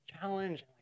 Challenge